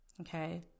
Okay